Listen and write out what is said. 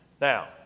Now